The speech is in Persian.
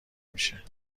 میشه